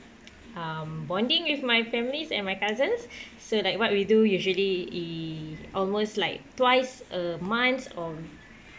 um bonding with my families and my cousins so like what we do usually is almost like twice a month um